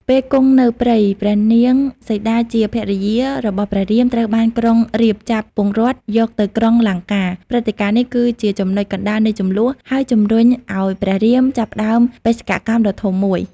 ពេលគង់នៅព្រៃ ព្រះនាងសីតាជាភរិយារបស់ព្រះរាម ត្រូវបានក្រុងរាពណ៍ចាប់ពង្រត់យកទៅក្រុងលង្កា។ ព្រឹត្តិការណ៍នេះគឺជាចំណុចកណ្ដាលនៃជម្លោះ ហើយជំរុញឲ្យព្រះរាមចាប់ផ្ដើមបេសកកម្មដ៏ធំមួយ។